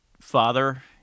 father